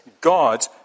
God